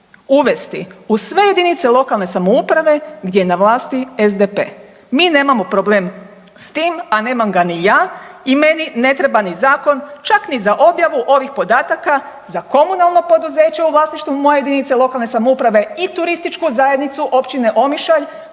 uvesti u sve jedinice lokalne samouprave gdje je na vlasti SDP. Mi nemamo problema s tim, a nemam ga ni ja i meni ne treba ni zakon čak ni za objavu ovih podataka za komunalno poduzeće u vlasništvu moje jedinice lokalne samouprave i TZ Općine Omišalj